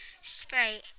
spray